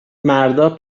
مردا